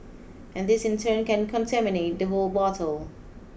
and this in turn can contaminate the whole bottle